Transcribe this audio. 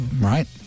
right